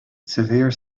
severe